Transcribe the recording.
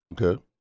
Okay